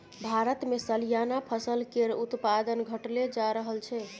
भारतमे सलियाना फसल केर उत्पादन घटले जा रहल छै